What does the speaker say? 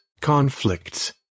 conflicts